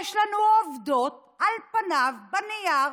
יש לנו עובדות, על פניו, בנייר,